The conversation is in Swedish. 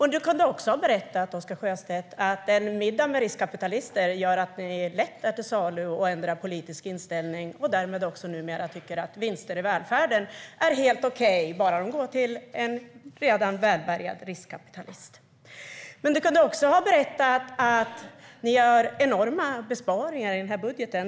Han kunde ha berättat att en middag med riskkapitalister gör att Sverigedemokraterna lätt är till salu och ändrar politisk inställning och därmed numera tycker att vinster i välfärden är helt okej bara de går till en redan välbärgad riskkapitalist. Oscar Sjöstedt kunde också ha berättat att Sverigedemokraterna gör enorma besparingar i den här budgeten.